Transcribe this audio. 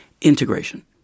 integration